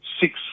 six